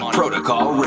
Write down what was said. Protocol